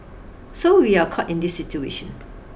so we are caught in this situation